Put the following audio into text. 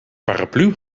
paraplu